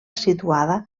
situada